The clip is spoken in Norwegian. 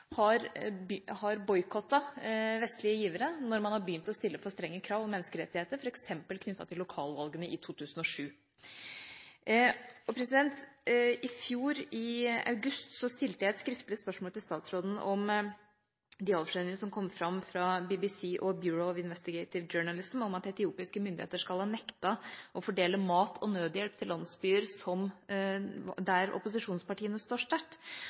har boikottet vestlige givere når man har begynt å stille for strenge krav til menneskerettigheter, f.eks. knyttet til lokalvalgene i 2007. I august i fjor stilte jeg et skriftlig spørsmål til statsråden om de avsløringene som kom fram fra BBC og The Bureau of Investigative Journalism, om at etiopiske myndigheter skal ha nektet å fordele mat og nødhjelp til landsbyer der opposisjonspartiene står sterkt.